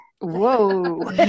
Whoa